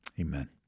Amen